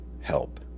help